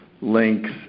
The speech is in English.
links